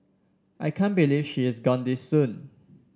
I can't believe she is gone this soon